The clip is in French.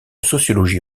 sociologie